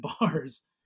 bars